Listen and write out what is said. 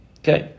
okay